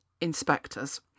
inspectors